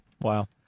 Wow